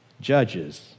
judges